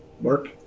work